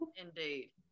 indeed